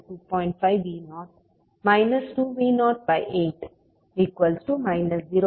5V0 2V08 0